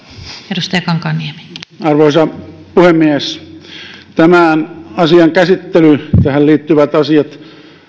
arvoisa arvoisa puhemies tämän asian käsittely ja tähän liittyvät asiat